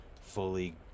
fully